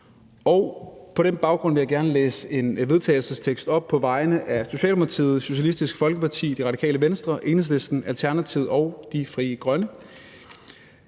På den baggrund vil jeg gerne læse et forslag til vedtagelse op på vegne af Socialdemokratiet, Socialistisk Folkeparti, Det Radikale Venstre, Enhedslisten, Alternativet og Frie Grønne: